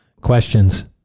Questions